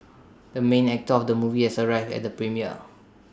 the main actor of the movie has arrived at the premiere